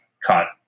caught